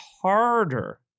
harder